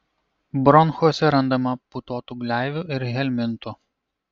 bronchuose randama putotų gleivių ir helmintų